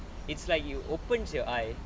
it's like you opens your eye